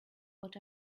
what